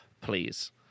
please